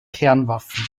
kernwaffen